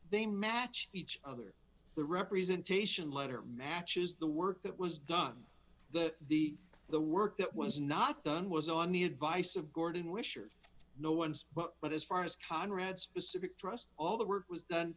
they match each other the representation letter matches the work that was done the the the work that was not done was on the advice of gordon wisher no one's well but as far as conrad specific trust all the work was